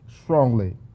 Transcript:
strongly